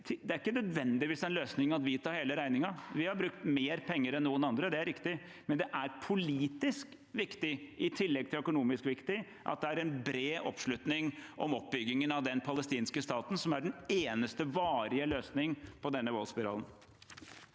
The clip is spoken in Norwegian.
Det er ikke nødvendigvis en løsning at vi tar hele regningen. Vi har brukt mer penger enn noen andre, det er riktig, men det er politisk viktig i tillegg til økonomisk viktig at det er en bred oppslutning om oppbyggingen av den palestinske staten, som er den eneste varige løsningen på denne voldsspiralen.